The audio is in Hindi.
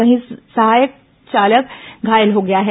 वहीं सहचालक घायल हो गया है